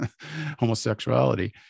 homosexuality